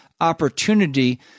opportunity